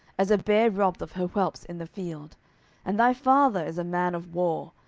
as a bear robbed of her whelps in the field and thy father is a man of war,